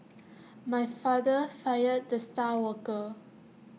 my father fired the star worker